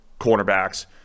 cornerbacks